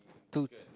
to